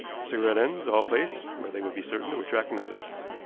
the cigarette-ends, all placed where they would be certain to attract notice.